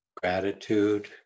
Gratitude